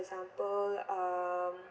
example um